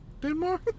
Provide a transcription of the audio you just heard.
Denmark